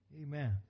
Amen